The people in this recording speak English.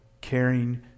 caring